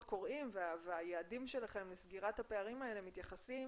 הקוראים והיעדים שלכם לסגירת הפערים האלה מתייחסים